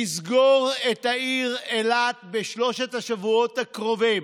תסגור את העיר אילת בשלושת השבועות הקרובים,